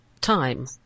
time